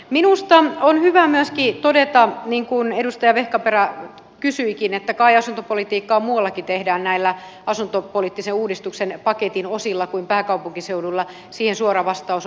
minusta on hyvä myöskin todeta kun edustaja vehkaperä kysyikin että kai asuntopolitiikkaa muuallakin tehdään näillä asuntopoliittisen uudistuksen paketin osilla kuin pääkaupunkiseudulla että siihen suora vastaus on kyllä